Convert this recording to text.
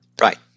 Right